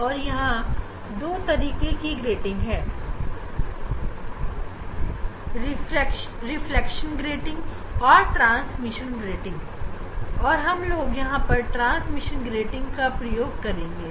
और यहां 2 तरीके की ग्रेटिंग है आपकी रिफ्लेक्शन ग्रेटिंग और ट्रांसमिशन ग्रेटिंग और हम लोग यहां पर ट्रांसमिशन ग्रेटिंग का प्रयोग करेंगे